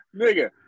Nigga